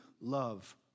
love